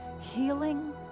healing